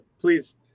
please